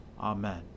Amen